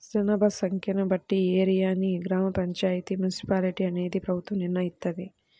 జనాభా సంఖ్యను బట్టి ఏరియాని గ్రామ పంచాయితీ, మున్సిపాలిటీ అనేది ప్రభుత్వం నిర్ణయిత్తది